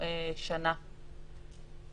שהעונש בצידה הוא שנה,